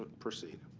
proceed.